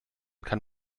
kann